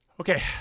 Okay